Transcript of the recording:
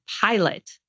pilot